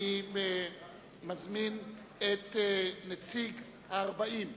אני מזמין את נציגת ה-40,